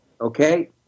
Okay